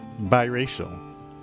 biracial